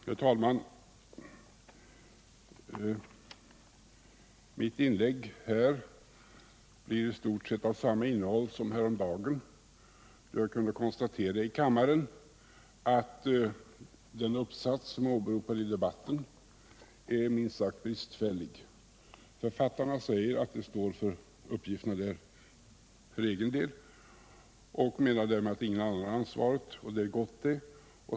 Herr talman! Mitt inlägg här blir i stort sett av samma innehåll som det jag "gjorde häromdagen, då jag i kammaren kunde konstatera att den uppsats som åberopats i debatten är minst sagt bristfällig. Författarna säger att de för egen del står för uppgifterna i den och menar därmed att inga andra har ansvaret. Det är gott det.